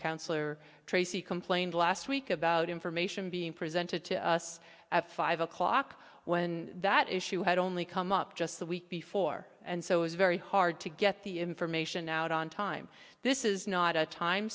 counselor traci complained last week about information being presented to us at five o'clock when that issue had only come up just the week before and so it was very hard to get the information out on time this is not a time